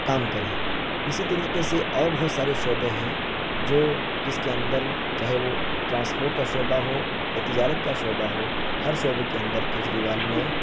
کام کریں اسی طریقے سے اور بہت سارے شعبے ہیں جو جس کے اندر چاہے وہ ٹرانسپورٹ کا شعبہ ہو یا تجارت کا شعبہ ہو ہر شعبے کے اندر کیجریوال نے